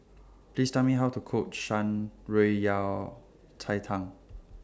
Please Tell Me How to Cook Shan Rui Yao Cai Tang